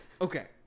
Okay